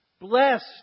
Blessed